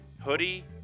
Hoodie